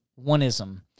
oneism